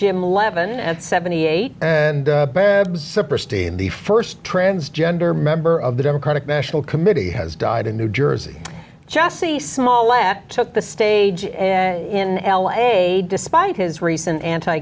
jim levon at seventy eight and in the first transgender member of the democratic national committee has died in new jersey jesse small left took the stage in l a despite his recent anti